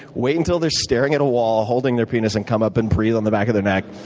wait until they're staring at a wall, holding their penis, and come up and breathe on the back of their neck.